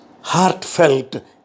heartfelt